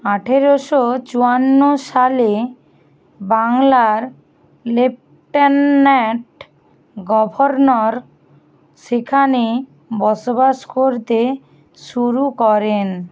আঠেরোশো চুয়ান্ন সালে বাংলার লেফটেন্যান্ট গভর্নর সেখানে বসবাস করতে শুরু করেন